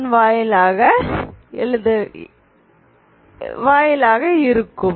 C2k1 வாயிலாக இருக்கும்